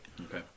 Okay